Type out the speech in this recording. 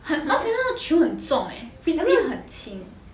而且他的球很重 eh frisbee 很轻